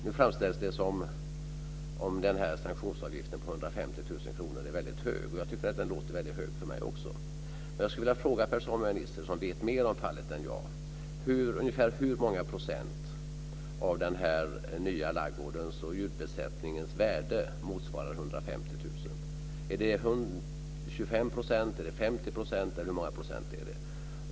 Nu framställs det som att sanktionsavgiften på 150 000 kr är hög. Jag tycker att den låter hög. Men jag vill fråga Per Samuel Nisser som vet mer om fallet än jag: Ungefär hur många procent av den nya ladugårdens och djurbesättningens värde motsvarar 150 000? Är det 25 %, 50 % eller hur många procent?